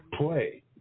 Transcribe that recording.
play